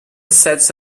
sets